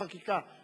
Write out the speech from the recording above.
החקיקה.